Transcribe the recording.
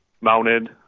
mounted